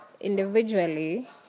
individually